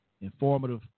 informative